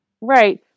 Right